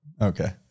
Okay